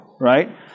right